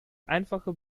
einfache